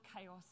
chaos